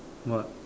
what